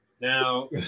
Now